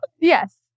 Yes